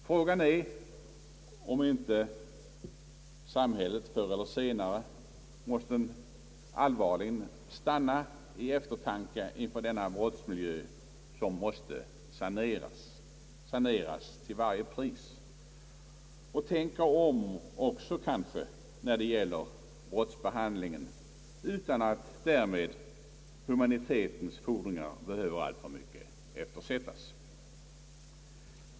Frågan är om inte samhället förr eller senare måste allvarligen stanna i eftertanke inför denna brottsmiljö som måste saneras. Vi måste kanske tänka om också när det gäller brottsbehandlingen, utan att därigenom humanitetens fordringar behöver alltför mycket eftersättas.